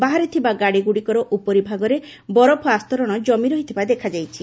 ବାହାରେ ଥିବା ଗାଡ଼ିଗୁଡ଼ିକର ଉପରିଭାଗରେ ବରଫ ଆସ୍ତରଣ କମି ରହିଥିବା ଦେଖାଯାଇଛି